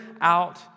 out